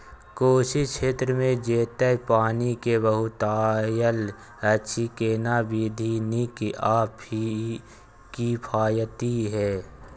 कोशी क्षेत्र मे जेतै पानी के बहूतायत अछि केना विधी नीक आ किफायती ये?